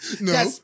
No